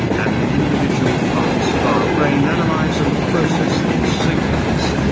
and the individual parts of our brain analyze and process these signals.